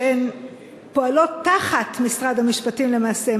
שהן פועלות תחת משרד המשפטים למעשה,